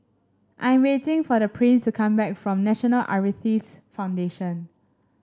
I'm waiting for Prince to come back from National Arthritis Foundation